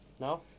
no